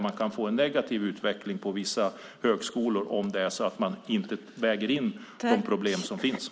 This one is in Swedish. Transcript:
Man kan få en negativ utveckling på vissa högskolor om man inte väger in de problem som finns.